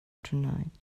tonight